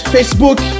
Facebook